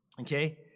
okay